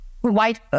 white